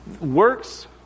Works